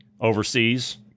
overseas